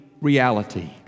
reality